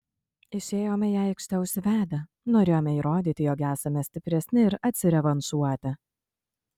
išėjome į aikštę užsivedę norėjome įrodyti jog esame stipresni ir atsirevanšuoti